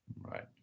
right